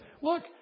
look